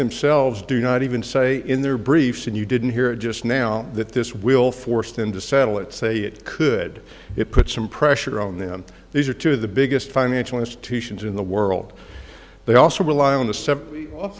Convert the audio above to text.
themselves do not even say in their briefs and you didn't hear just now that this will force them to settle it say it could it put some pressure on them these are two of the biggest financial institutions in the world they also rely on the